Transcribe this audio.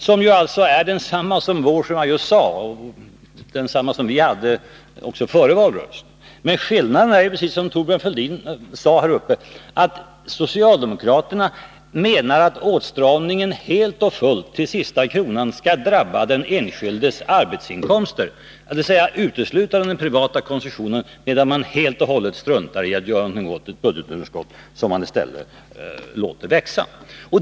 Den är, som jag nyss sade, densamma som vi gör och också gjorde före valrörelsen. Men skillnaden är, precis som Thorbjörn Fälldin sade, att socialdemokraterna menar att åtstramningen helt och fullt, till sista kronan, skall drabba den enskildes arbetsinkomster, dvs. uteslutande den privata konsumtionen, medan de helt och hållet struntar i att göra något åt budgetunderskottetsom de i stället låter växa.